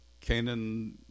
Canaan